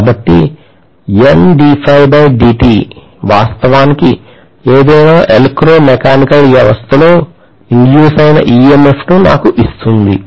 కాబట్టి వాస్తవానికి ఏదైనా ఎలక్ట్రోమెకానికల్ వ్యవస్థలో induce అయిన EMF ను నాకు ఇస్తోంది